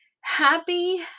Happy